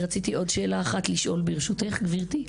רציתי עוד שאלה אחת לשאול, ברשותך גברתי.